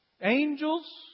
Angels